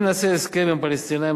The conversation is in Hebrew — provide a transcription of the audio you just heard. אם נעשה הסכם עם הפלסטינים,